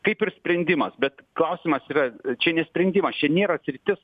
kaip ir sprendimas bet klausimas yra čia ne sprendimas čia nėra sritis